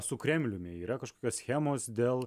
su kremliumi yra kažkokios schemos dėl